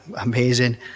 amazing